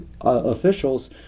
officials